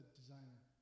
designer